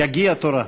יגיע תורה.